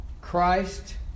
Christ